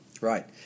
Right